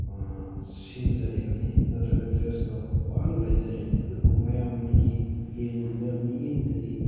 ꯁꯦꯝꯖꯔꯤꯕꯅꯤ ꯅꯠꯇ꯭ꯔꯒ ꯗ꯭ꯔꯦꯁ ꯇꯣ ꯋꯥꯅ ꯂꯩꯖꯔꯤꯝꯅꯤ ꯑꯗꯨꯕꯨ ꯃꯌꯥꯝꯒꯤ ꯌꯦꯡꯕ ꯃꯤꯠꯌꯦꯡꯗꯗꯤ